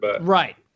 Right